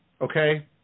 okay